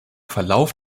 verlauf